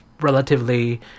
relatively